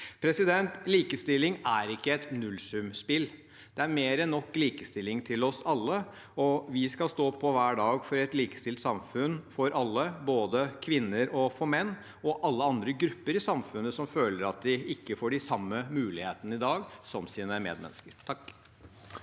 utålmodige. Likestilling er ikke et nullsumspill. Det er mer enn nok likestilling til oss alle, og vi skal stå på hver dag for et likestilt samfunn for alle, både kvinner og menn og alle andre grupper i samfunnet som føler at de i dag ikke får de samme mulighetene som sine medmennesker.